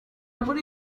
muri